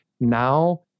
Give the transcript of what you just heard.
now